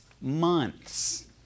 months